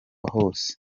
hose